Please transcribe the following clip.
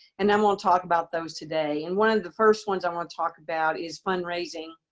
and then we'll talk about those today. and one of the first ones i want to talk about is fund raising.